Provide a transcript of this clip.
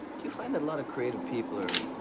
do you find that a lot of creative people are.